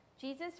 Jesus